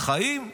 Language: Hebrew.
בחיים,